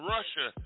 Russia